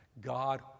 God